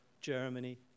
Germany